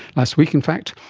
last week in fact,